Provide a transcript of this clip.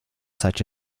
such